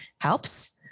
helps